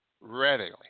readily